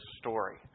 story